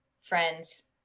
friends